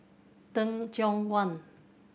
Teh Cheang Wan